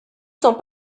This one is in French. sont